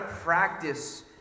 practice